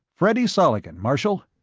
freddy soligen, marshal.